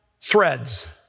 threads